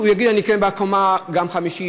הוא יגיד: אני אקנה גם בקומה חמישית,